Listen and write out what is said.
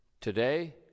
Today